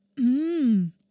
Mmm